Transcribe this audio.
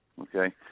Okay